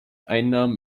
einnahmen